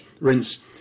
rinse